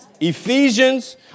Ephesians